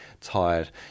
tired